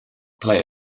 play